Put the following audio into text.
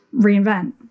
reinvent